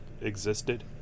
existed